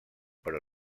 però